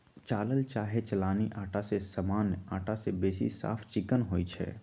चालल चाहे चलानी अटा जे सामान्य अटा से बेशी साफ चिक्कन होइ छइ